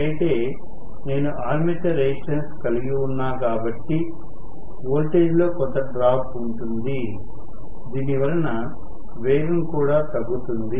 అయితే నేను armature resistance కలిగి ఉన్నా కాబట్టి వోల్టేజ్ లో కొంత డ్రాప్ ఉంటుంది దీనివలన వేగం కూడా తగ్గుతుంది